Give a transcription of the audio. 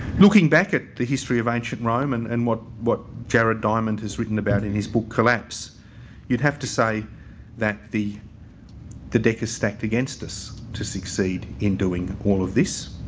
looking back at the history of ancient rome and and what what jared diamond has written about in his book, collapse you'd have to say that the the deck is stacked against us to succeed in doing all of this.